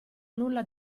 nulla